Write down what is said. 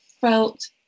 felt